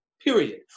period